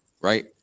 right